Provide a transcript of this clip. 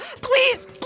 Please